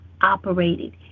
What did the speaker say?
operated